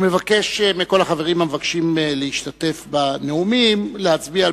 ומבקש מכל החברים המבקשים להשתתף בנאומים להצביע,